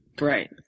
Right